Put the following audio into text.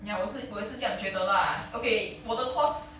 ya 我也是我也是酱觉得 lah okay 我的 course